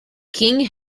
king